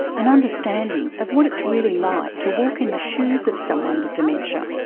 an understanding of what it's really like to walk in the shoes of someone with dementia.